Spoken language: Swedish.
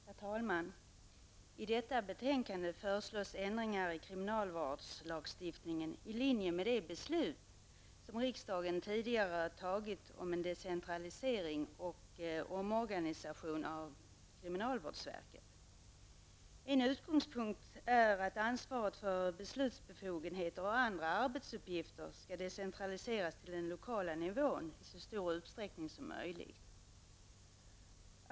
Herr talman! I detta betänkande föreslås ändringar i kriminalvårdslagstiftningen i linje med de beslut som riksdagen tidigare fattat om en decentralisering och omorganisation av kriminalvårdsverket. En utgångspunkt är att ansvaret för beslutsbefogenheter och andra arbetsuppgifter skall decentraliseras till den lokala nivån i så stor utsträckning som möjligt.